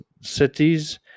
cities